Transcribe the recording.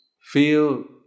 feel